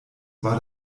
war